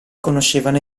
conoscevano